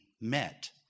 met